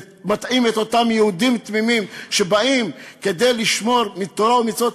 מטעים את אותם יהודים תמימים שבאים לשמור תורה ומצוות,